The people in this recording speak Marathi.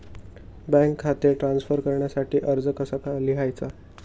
बँक खाते ट्रान्स्फर करण्यासाठी अर्ज कसा लिहायचा?